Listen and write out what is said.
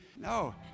No